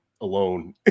alone